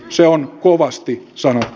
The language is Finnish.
se on kovasti sanottu